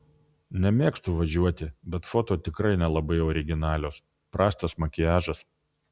nemėgstu važiuoti bet foto tikrai nelabai originalios prastas makiažas